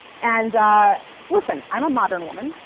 and listen, i'm a modern woman.